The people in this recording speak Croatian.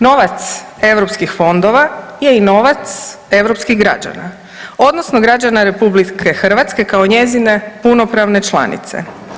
Novac europskih fondova je i novac europskih građana, odnosno građana RH kao njezine punopravne članice.